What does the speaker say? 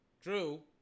Drew